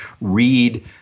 read